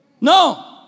No